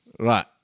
Right